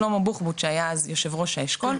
שלמה בוחבוט שהיה יו"ר האשכול,